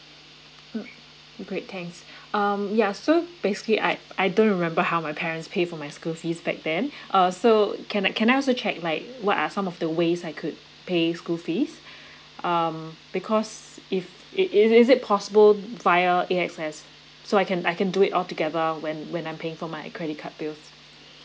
mm okay thanks um ya so basically I I don't remember how my parents pay for my school fees back then uh so can I can I also check like what are some of the ways I could pay school fees um because if is is it possible via A_X_S so I can I can do it all together when when I'm paying for my credit card bill